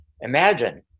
Imagine